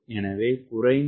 எனவே குறைந்த sLO போதும்